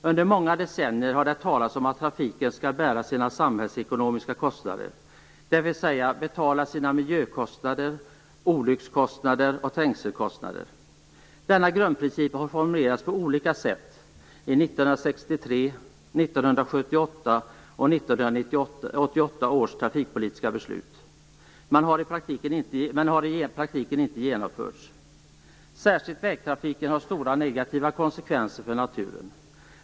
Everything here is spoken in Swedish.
Under många decennier har det talats om att trafiken skall bära sina samhällsekonomiska kostnader, dvs. miljökostnader, olyckskostnader och trängselkostnader. Denna grundprincip har formulerats på olika sätt i 1963 års, 1978 års och 1988 års trafikpolitiska beslut, men har i praktiken inte genomförts. Särskilt vägtrafiken har stora negativa konsekvenser för naturen.